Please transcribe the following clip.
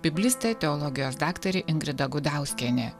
biblistė teologijos daktarė ingrida gudauskienė